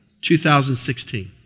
2016